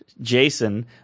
Jason